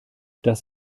das